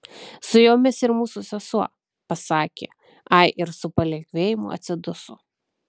su jomis ir mūsų sesuo pasakė ai ir su palengvėjimu atsiduso